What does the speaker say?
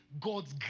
God's